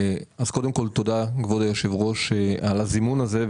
אז קודם כל, תודה כבוד יושב הראש, על הזימון הזה.